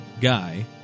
guy